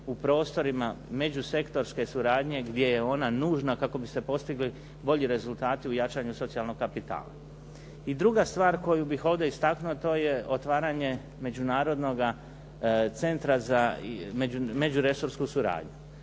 u prostorima međusektorske suradnje gdje je ona nužna kako bi se postigli bolji rezultati u jačanju socijalnog kapitala. I druga stvar koju bih ovdje istaknuo a to je otvaranje međunarodnoga centra za međuresorsku suradnju.